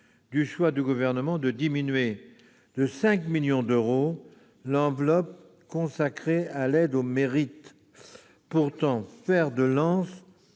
du choix du Gouvernement de diminuer de 5 millions d'euros l'enveloppe consacrée à l'aide au mérite, pourtant fer de lance